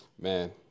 man